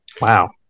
Wow